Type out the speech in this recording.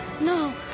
no